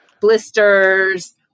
blisters